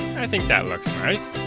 i think that looks nice.